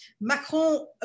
Macron